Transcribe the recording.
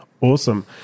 Awesome